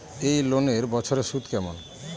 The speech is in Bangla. এই লোনের বছরে সুদ কেমন?